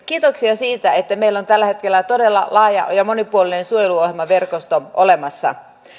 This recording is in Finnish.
kiitoksia siitä että meillä on tällä hetkellä todella laaja ja monipuolinen suojeluohjelmaverkosto olemassa